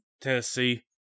Tennessee